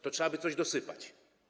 To trzeba by coś dosypać.